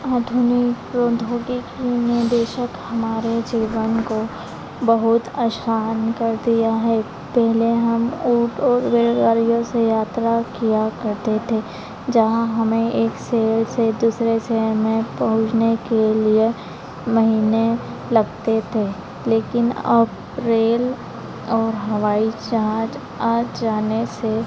आधुनिक औद्योगिक ने बेशक हमारे जीवन को बहुत आसान कर दिया है पहले हम ओटो रेलगाड़ियों से यात्रा किया करते थे जहाँ हमें एक शहर से दूसरे शहर में पहुँचने के लिए महीने लगते थे लेकिन अप रेल और हवाई जहाज आ जाने से